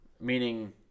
Meaning